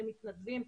למתנדבים,